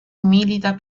milita